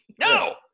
No